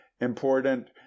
important